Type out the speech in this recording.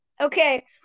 Okay